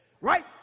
Right